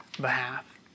behalf